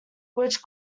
which